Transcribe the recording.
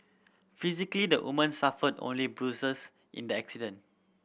physically the woman suffered only bruises in the accident